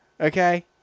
Okay